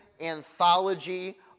anthology